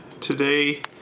today